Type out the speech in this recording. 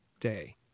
day